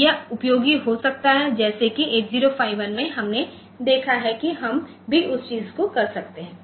तो यह उपयोगी हो सकता है जैसे कि 8051 में हमने देखा है कि हम भी उस चीज को कर सकते हैं